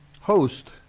host